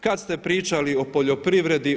Kad ste pričali o poljoprivredi?